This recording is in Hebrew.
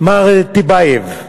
רוברט טיבייב.